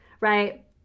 right